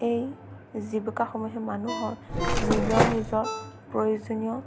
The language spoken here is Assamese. এই জীৱিকাসমূহে মানুহৰ নিজৰ নিজৰ প্ৰয়োজনীয়